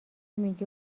میگه